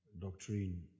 doctrine